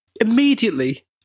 immediately